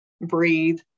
breathe